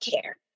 care